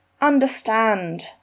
understand